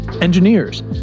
engineers